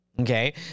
Okay